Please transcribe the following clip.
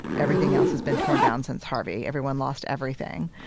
everything else has been torn down since harvey. everyone lost everything.